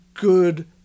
good